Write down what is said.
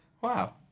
Wow